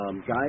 Guys